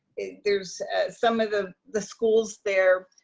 there's some of the the schools there,